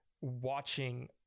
watching